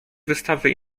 wystawy